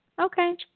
Okay